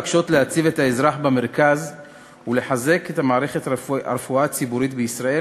המבקשות להציב את האזרח במרכז ולחזק את מערכת הרפואה הציבורית בישראל,